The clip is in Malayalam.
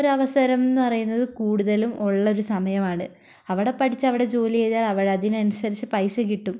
ഒരവസരം എന്നു പറയുന്നത് കൂടുതലും ഉള്ളൊരു സമയമാണ് അവിടെ പഠിച്ച് അവിടെ ജോലി ചെയ്താൽ അവർ അതിനനുസരിച്ച് പൈസ കിട്ടും